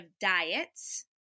diets